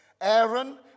Aaron